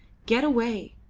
get away!